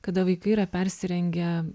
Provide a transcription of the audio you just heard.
kada vaikai yra persirengę